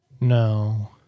No